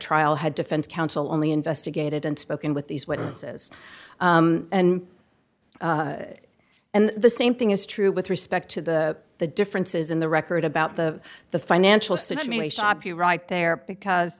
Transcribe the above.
trial had defense counsel only investigated and spoken with these witnesses and the same thing is true with respect to the the differences in the record about the the financial situation right there because